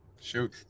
Shoot